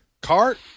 cart